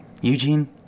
Eugene